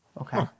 okay